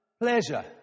pleasure